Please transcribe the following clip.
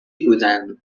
بودن